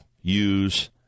use